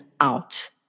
out